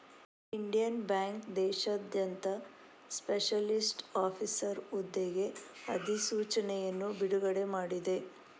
Indian bank ದೇಶಾದ್ಯಂತ specialist officer ಹುದ್ದೆಗೆ ಅಧಿಸೂಚನೆಯನ್ನು ಬಿಡುಗಡೆ ಮಾಡಿದೆ